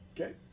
Okay